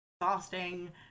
exhausting